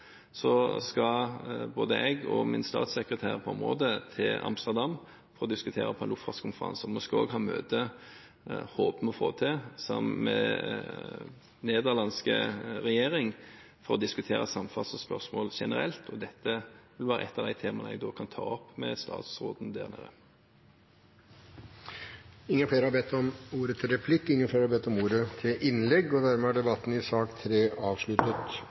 skal både jeg og min statssekretær på dette området til Amsterdam for å diskutere det på en luftfartskonferanse. Vi håper også å få til et møte med Nederlands regjering for å diskutere samferdselsspørsmål generelt, og dette vil være et av de temaene jeg da kan ta opp med statsråden der nede. Replikkordskiftet er omme. Flere har ikke bedt om ordet til sak nr. 3. Etter